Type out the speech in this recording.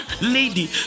lady